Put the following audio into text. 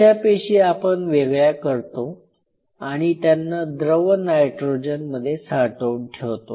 अशा पेशी आपण वेगळ्या करतो आणि त्यांना द्रव नायट्रोजन मध्ये साठवून ठेवतो